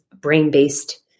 brain-based